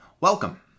Welcome